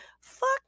Fuck